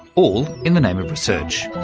all in the name of research.